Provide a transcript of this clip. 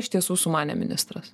iš tiesų sumanė ministras